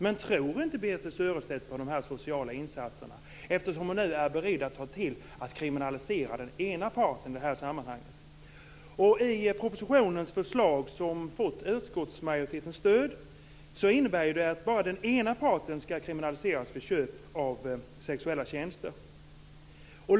Men tror inte Birthe Sörestedt på de sociala insatserna, eftersom hon nu är beredd att ta till kriminalisering av den ena parten i detta sammanhang? Propositionens förslag, som fått utskottsmajoritetens stöd, innebär att bara den ena parten skall kriminaliseras för köp av sexuella tjänster.